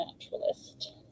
naturalist